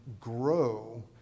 grow